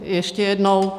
Ještě jednou.